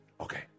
okay